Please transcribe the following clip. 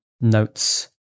notes